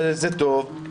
זה טוב,